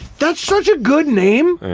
that's such a good name.